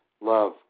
Love